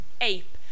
ape